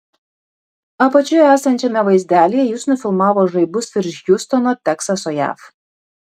apačioje esančiame vaizdelyje jis nufilmavo žaibus virš hjustono teksaso jav